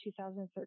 2013